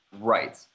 Right